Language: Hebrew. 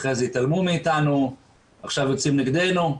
אחרי זה התעלמו מאיתנו, עכשיו יוצאים נגדנו,